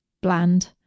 bland